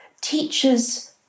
teachers